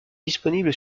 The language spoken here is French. disponible